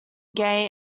gay